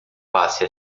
passe